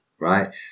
right